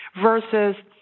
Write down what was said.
versus